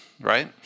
right